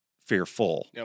fearful